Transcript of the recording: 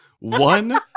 One